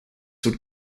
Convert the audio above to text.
would